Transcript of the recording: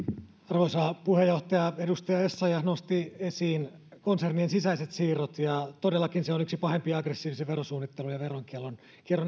arvoisa puheenjohtaja edustaja essayah nosti esiin konsernien sisäiset siirrot ja todellakin siinä on yksi pahimpia aggressiivisen verosuunnittelun ja veronkierron